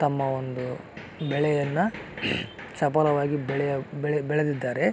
ತಮ್ಮ ಒಂದು ಬೆಳೆಯನ್ನು ಸಫಲವಾಗಿ ಬೆಳೆಯ ಬೆಳೆ ಬೆಳೆದಿದ್ದಾರೆ